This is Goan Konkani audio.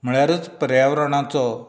म्हळ्यारच पर्यावरणाचो